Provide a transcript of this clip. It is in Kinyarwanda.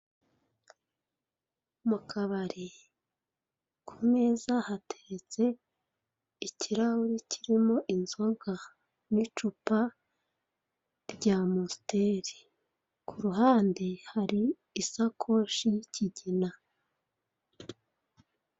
Mu kabari ku meza hateretse ikirahure kirimo inzoga n'icupa ry'amusiteri, kuruhande hari isakoshi y'ikigina.